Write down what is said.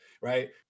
Right